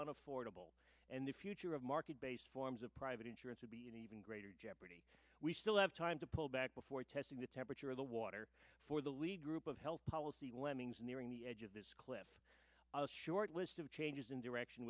on affordable and the future of market based forms of private insurance would be an even greater jeopardy we still have time to pull back before testing the temperature of the water for the lead group of health policy lemmings nearing the edge of this cliff a short list of changes in direction